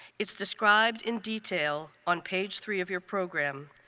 it's described in detail on page three of your program.